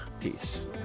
peace